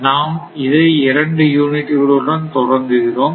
நாம் இதை 2 யூனிட்டுகள் உடன் தொடங்குகிறோம்